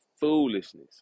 foolishness